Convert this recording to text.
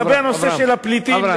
לגבי הנושא של הפליטים,